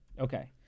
Okay